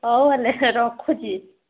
ହଉ ହେଲେ ରଖୁଛି